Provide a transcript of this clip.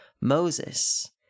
Moses